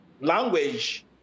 language